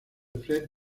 fred